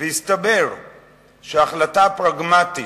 והסתבר שהחלטה פרגמטית,